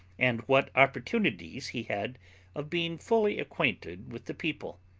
and what opportunities he had of being fully acquainted with the people,